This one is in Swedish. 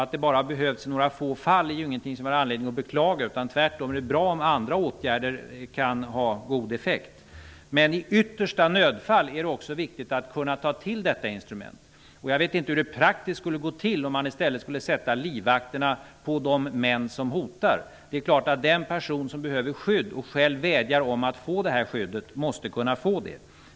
Att det bara behövs i några få fall är ju ingenting som vi har anledning att beklaga. Tvärtom är det bra om andra åtgärder kan ha god effekt. Men i yttersta nödfall är det viktigt att kunna ta till detta instrument. Jag vet inte hur det praktiskt skulle gå till om man i stället skulle sätta livvakterna att vakta på de män som hotar. Den person som behöver skydd och som själv vädjar om att få detta skydd måste kunna få det.